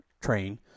train